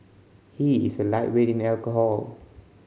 he is a lightweight in alcohol